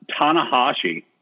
Tanahashi